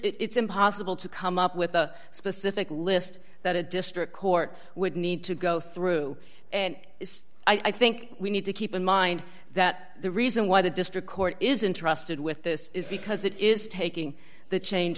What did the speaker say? it's impossible to come up with a specific list that a district court would need to go through and i think we need to keep in mind that the reason why the district court is interested with this is because it is taking the change